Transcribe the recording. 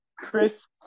Chris